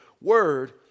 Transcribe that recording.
word